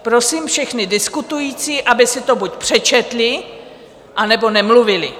Prosím všechny diskutující, aby si to buď přečetli, anebo nemluvili.